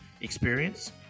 experience